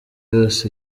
yose